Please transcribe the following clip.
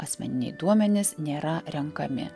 asmeniniai duomenys nėra renkami